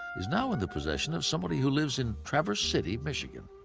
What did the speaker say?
is now in the possession of somebody who lives in traverse city, michigan.